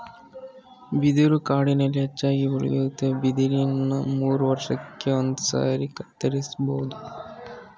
ಬಿದಿರು ಕಾಡಿನಲ್ಲಿ ಹೆಚ್ಚಾಗಿ ಬೆಳೆಯುತ್ವೆ ಬಿದಿರನ್ನ ಮೂರುವರ್ಷಕ್ಕೆ ಒಂದ್ಸಾರಿ ಕತ್ತರಿಸ್ಬೋದು